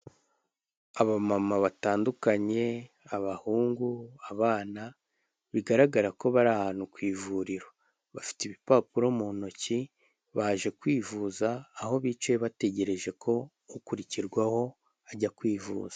Aba mama batandukanye abahungu abana bigaragara ko bari ahantu ku ivuriro, bafite ibipapuro mu ntoki baje kwivuza aho bicaye bategereje ko ukurikirwaho ajya kwivuza.